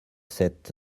sept